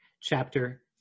chapter